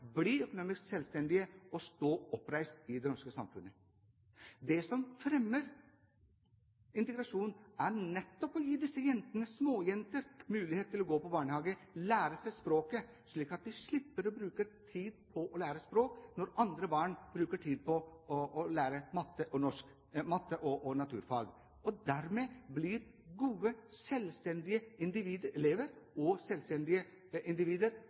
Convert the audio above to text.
bli økonomisk selvstendige og stå oppreist i det norske samfunnet. Det som fremmer integrasjon, er nettopp å gi småjenter mulighet til å gå i barnehagen og lære seg språket, slik at de slipper å bruke tid på å lære språk når andre barn bruker tid på å lære matte og naturfag. Dermed blir de gode elever og selvstendige individer, kommer ut i samfunnet, kan hevde seg – og